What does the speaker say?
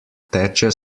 teče